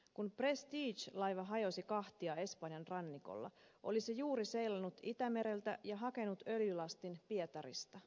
kun prestige laiva hajosi kahtia espanjan rannikolla oli se juuri seilannut itämereltä ja hakenut öljylastin pietarista